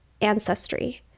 ancestry